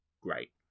great